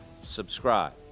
subscribe